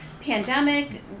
pandemic